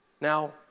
Now